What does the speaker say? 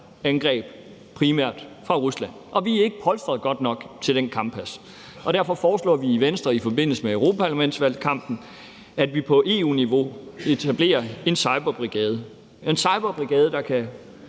kommer, primært fra Rusland. Vi er ikke polstret godt nok til den kampplads, og derfor foreslår vi i Venstre i forbindelse med europaparlamentsvalgkampen, at vi på EU-niveau etablerer en cyberbrigade – en cyberbrigade, der kan